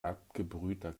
abgebrühter